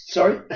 Sorry